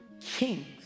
kings